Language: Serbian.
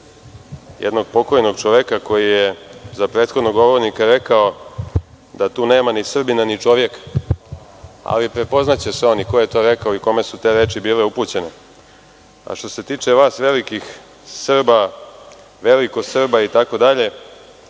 jednog pokojnog čoveka koji je za prethodnog govornika rekao da tu nema ni Srbina, ni čovjeka. Ali prepoznaće se on i ko je to rekao i kome su te reči bile upućene. Što se tiče vas velikih Srba, veliko Srba itd,